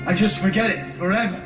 ah just forget it forever